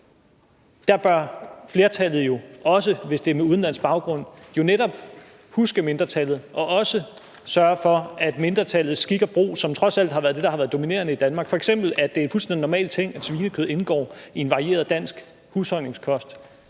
her? Flertallet bør jo, også hvis det er med udenlandsk baggrund, netop huske mindretallet og også sørge for, at mindretallets skik og brug, som trods alt er det, der har været dominerende i Danmark, f.eks. at det er en fuldstændig normal ting, at svinekød indgår i en varieret dansk kost,